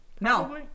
no